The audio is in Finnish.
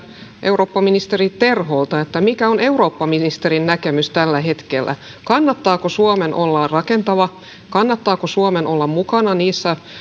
eurooppaministeri terholta mikä on eurooppaministerin näkemys tällä hetkellä kannattaako suomen olla rakentava kannattaako suomen olla mukana niissä